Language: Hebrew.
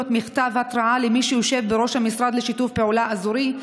מכתב התראה למי שיושב בראש המשרד לשיתוף פעולה אזורי,